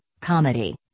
comedy